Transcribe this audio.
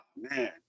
man